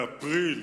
באפריל